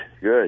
Good